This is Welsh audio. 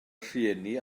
rhieni